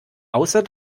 außer